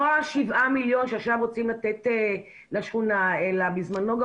לא השבעה מיליון שעכשיו רוצים לתת לשכונה אלא בזמנו גם